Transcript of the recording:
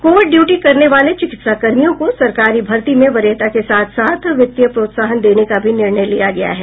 Covid duty करने वाले चिकित्साकर्मियों को सरकारी भर्ती में वरीयता के साथ साथ वित्तीय प्रोत्साहन देने का भी निर्णय लिया गया है